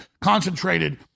concentrated